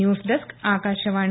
news desk Akashvani